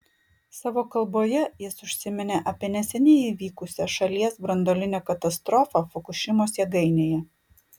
savo kalboje jis užsiminė apie neseniai įvykusią šalies branduolinę katastrofą fukušimos jėgainėje